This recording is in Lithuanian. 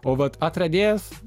o vat atradėjas